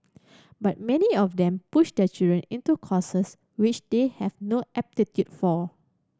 but many of them push their children into courses which they have no aptitude for